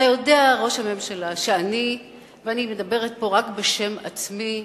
אתה יודע, ראש הממשלה, ואני מדברת פה רק בשם עצמי,